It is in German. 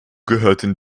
gehörten